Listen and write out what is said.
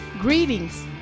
Greetings